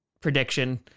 prediction